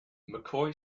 mccoy